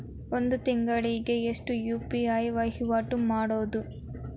ಒಂದ್ ತಿಂಗಳಿಗೆ ಎಷ್ಟ ಯು.ಪಿ.ಐ ವಹಿವಾಟ ಮಾಡಬೋದು?